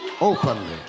openly